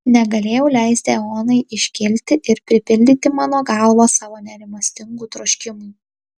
negalėjau leisti eonai iškilti ir pripildyti mano galvą savo nerimastingų troškimų